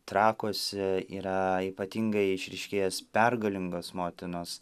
trakuose yra ypatingai išryškėjus pergalingos motinos